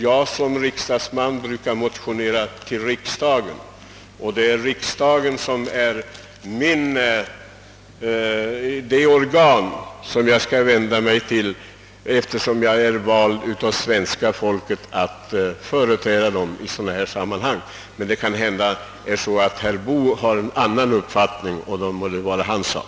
Jag som riksdagsman brukar motionera till riksdagen — riksdagen är det organ som jag skall vända mig till, eftersom jag är vald av svenska folket att företräda dem i sådana här sammanhang. Om herr Boo härvidlag har en annan uppfattning må det vara hans sak.